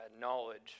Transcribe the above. knowledge